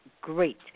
great